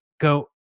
go